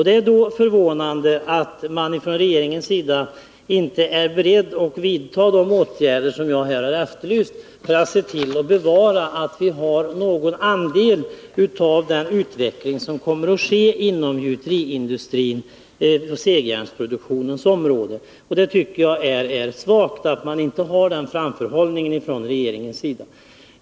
Det är därför förvånande att man från regeringens sida inte är beredd att vidta de åtgärder som jag har efterlyst för att bevara någon andel inför den utveckling som kommer att ske inom gjuteriindustrin på segjärnsproduktionens område. Det är svagt att regeringen inte har den framförhållningen.